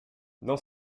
dans